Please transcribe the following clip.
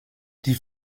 die